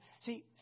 See